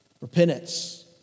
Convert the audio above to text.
Repentance